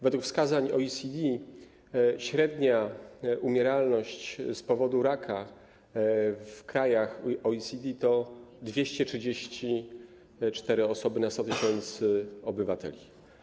Według wskazań OECD średnia umieralność z powodu raka w krajach OECD to 234 osoby na 100 tys. obywateli.